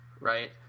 right